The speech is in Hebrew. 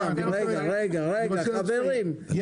חברים,